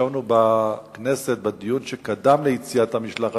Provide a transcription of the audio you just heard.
כשישבנו בכנסת בדיון שקדם ליציאת המשלחת,